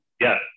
Yes